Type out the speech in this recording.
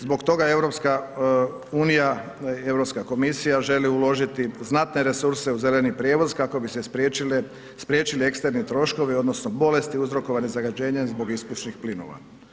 Zbog toga EU, Europska komisija želi uložiti znatne resurse u zeleni prijevoz kako bi se spriječili eksterni troškovi, odnosno bolesti uzrokovane zagađenjem zbog ispušnih plinova.